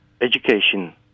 education